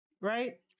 right